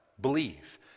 believe